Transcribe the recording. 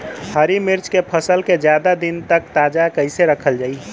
हरि मिर्च के फसल के ज्यादा दिन तक ताजा कइसे रखल जाई?